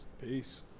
Peace